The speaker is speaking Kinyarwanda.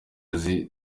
uzi